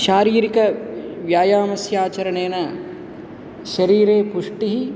शारीरिकव्यायामस्य आचरनेण शरीरे पुष्टिः